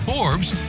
Forbes